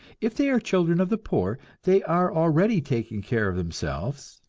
if they are children of the poor, they are already taking care of themselves.